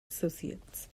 associates